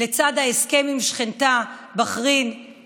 לצד ההסכם עם שכנתה בחריין,